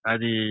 Adi